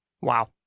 Wow